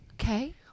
Okay